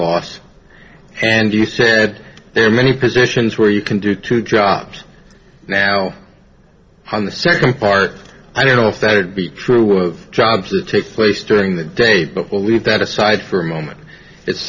loss and you said there are many positions where you can do two jobs now on the second part i don't know if that would be true with jobs that take place during the day but we'll leave that aside for a moment it's